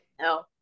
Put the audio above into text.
No